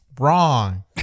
Wrong